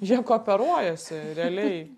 jie kooperuojasi realiai